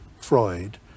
Freud